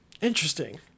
Interesting